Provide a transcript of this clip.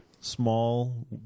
small